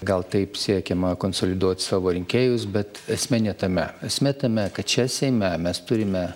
gal taip siekiama konsoliduot savo rinkėjus bet esmė ne tame esmė tame kad čia seime mes turime